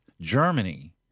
Germany